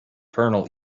kernel